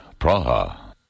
Praha